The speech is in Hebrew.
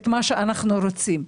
מה שאנחנו רוצים.